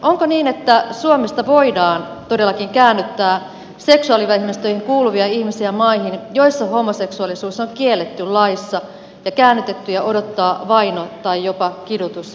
onko niin että suomesta voidaan todellakin käännyttää seksuaalivähemmistöihin kuuluvia ihmisiä maihin joissa homoseksuaalisuus on kielletty laissa ja käännytettyjä odottaa vaino tai jopa kidutus tai kuolema